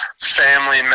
family